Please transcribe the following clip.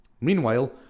Meanwhile